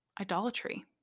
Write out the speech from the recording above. idolatry